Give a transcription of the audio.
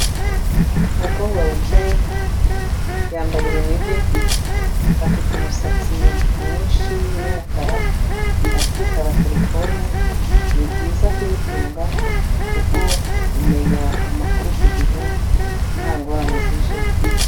Umukobwa wicaye yambaye urunigi afite, afite umusatsi mwinshi w'umukara ari kwitaba terefone, ni byiza kuyitunga kuko umenya amakuru ku gihe nta ngorane zijemo.